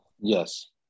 Yes